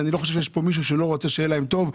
אני לא חושב שיש פה מישהו שלא רוצה שיהיה להם טוב,